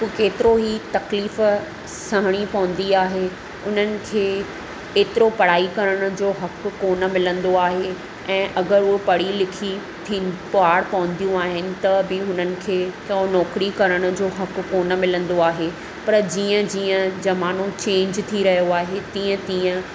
केतिरो ई तकलीफ़ सहिणी पवंदी आहे उन्हनि खे एतिरो पढ़ाई करण जो हक़ु कोन्ह मिलंदो आहे ऐं अगरि हू पढ़ी लिखी पार पवंदियूं आहिनि त बि उन्हनि खे नौकिरी करण जो हक़ु कोन्ह मिलंदो आहे पर जीअं जीअं माण्हू चेंज थी रहियो आहे तीअं तीअं